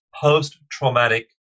post-traumatic